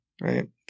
right